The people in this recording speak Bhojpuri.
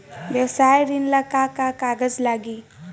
व्यवसाय ऋण ला का का कागज लागी?